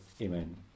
Amen